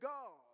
God